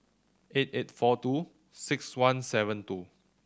eight eight four two six one seven two